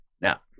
Now